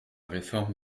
réforme